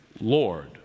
Lord